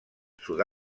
sud